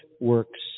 works